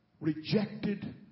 rejected